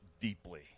deeply